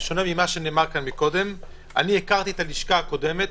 בשונה ממה שנאמר כאן קודם: הכרתי את הלשכה הקודמת,